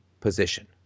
position